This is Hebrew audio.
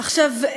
עכשיו,